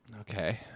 Okay